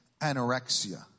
anorexia